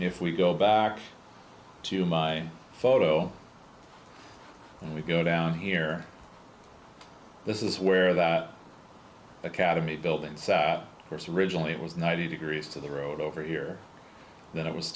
if we go back to my photo when we go down here this is where that academy building's course originally it was ninety degrees to the road over here than it was